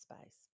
space